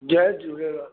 Jay Jhulelal